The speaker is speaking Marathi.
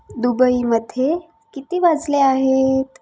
दुबईमध्ये किती वाजले आहेत